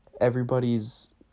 everybody's